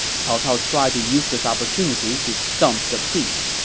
cao cao tried to use this opportunity to stump the priest